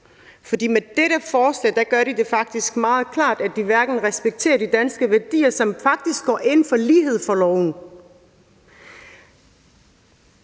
For med dette forslag gør de det faktisk meget klart, at de ikke respekterer de danske værdier, som faktisk indebærer lighed for loven.